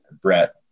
Brett